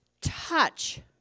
touch